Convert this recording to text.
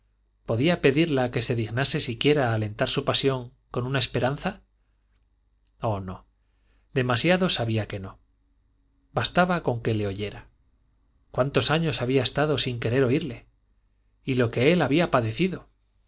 podía pedirla que se dignase siquiera alentar su pasión con una esperanza oh no demasiado sabía que no bastaba con que le oyera cuántos años había estado sin querer oírle y lo que él había padecido